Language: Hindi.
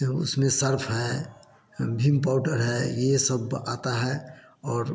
उसमें सर्फ़ है वीम पाउडर है यह सब आता है और